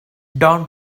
down